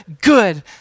good